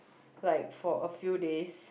like for a few days